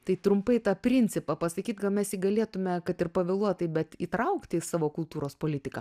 tai trumpai tą principą pasakyt gal mes jį galėtume kad ir pavėluotai bet įtraukt į savo kultūros politiką